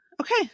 Okay